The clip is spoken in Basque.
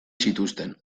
zituzten